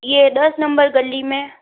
यह दस नंबर गली में